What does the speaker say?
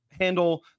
handle